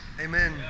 Amen